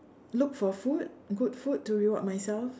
look for food good food to reward myself